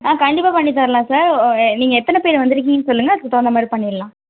ஆ கண்டிப்பாக பண்ணி தரலாம் சார் நீங்கள் எத்தனை பேரு வந்துருக்கிங்கன்னு சொல்லுங்கள் அதுக்கு தகுந்தா மாதிரி பண்ணிடலாம்